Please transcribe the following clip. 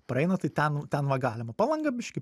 praeina tai ten ten va galima palanga biškį